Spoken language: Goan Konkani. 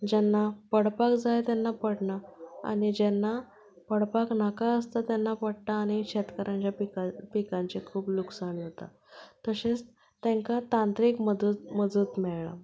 जेन्ना पडपाक जाय तेन्ना पडना आनी जेन्ना पडपाक नाका आसता तेन्ना पडटा आनी शेतकारांचें पीक पिकाचें खूब लुकसाण जाता तशेंच तांकां तंत्रीक मदत मजत मेळना